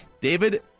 David